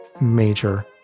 major